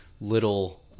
little